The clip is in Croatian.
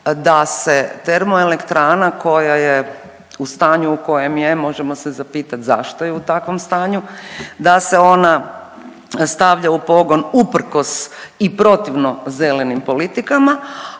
da se termo elektrana koja je u stanju u kojem je, možemo se zapitati zašto je u takvom stanju da se ona stavlja u pogon uprkos i protivno zelenim politikama,